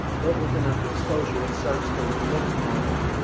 but with enough exposure, it starts to look normal.